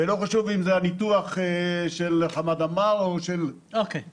ולא חשוב אם זה הניתוח של חמד עמאר או --- זו